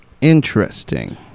Interesting